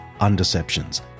undeceptions